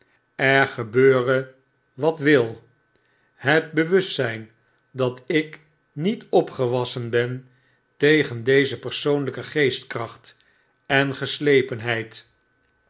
er gebeure wat wil het bewustzyn dat ik niet opgewassen ben tegen deze persoonlrjke geestkracht en geslepenheid